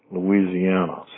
Louisiana